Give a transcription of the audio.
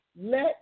Let